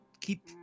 keep